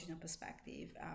perspective